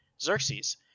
Xerxes